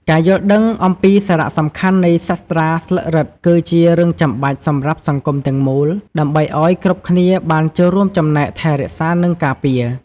ការយល់ដឹងអំពីសារៈសំខាន់នៃសាស្រ្តាស្លឹករឹត គឺជារឿងចាំបាច់សម្រាប់សង្គមទាំងមូល ដើម្បីឱ្យគ្រប់គ្នាបានចូលរួមចំណែកថែរក្សានិងការពារ។